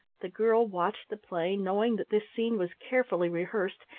the girl watched the play, knowing that this scene was carefully rehearsed,